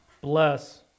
bless